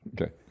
Okay